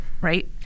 right